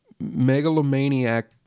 megalomaniac